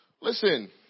Listen